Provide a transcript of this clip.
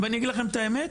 ואני אגיד לכם את האמת?